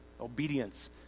Obedience